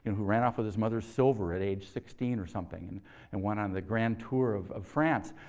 and who ran off with his mother's silver at age sixteen or something and and went on the grand tour of of france,